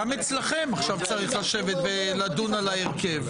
גם אצלכם עכשיו צריך לשבת ולדון על ההרכב.